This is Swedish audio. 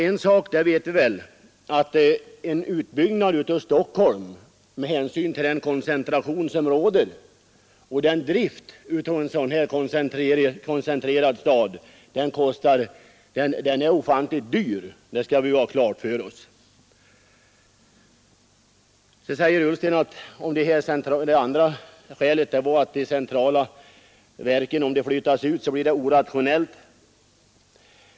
En sak vet vi väl, nämligen att en utbyggnad av Stockholm med hänsyn till den koncentration som råder kostar åtskilligt. Och att driften av en sådan koncentrerad stad är ofantligt dyr, det skall vi ha klart för oss. Det andra skälet, menar herr Ullsten, var att det skulle bli orationellt att flytta ut de centrala verken.